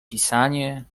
pisanie